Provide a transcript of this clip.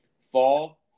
fall